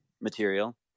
material